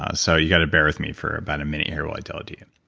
ah so you've got to bear with me for about a minute here while i tell it to you.